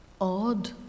odd